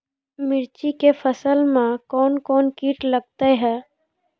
मिर्ची के फसल मे कौन कौन कीट लगते हैं?